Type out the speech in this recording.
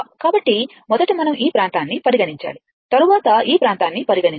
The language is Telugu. కాబట్టి మొదట మనం ఈ ప్రాంతాన్ని పరిగణించాలి తరువాత ఈ ప్రాంతాన్ని పరిగణించాలి